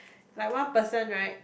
like one person right